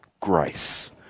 grace